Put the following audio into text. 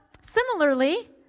Similarly